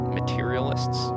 materialists